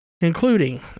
including